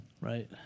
Right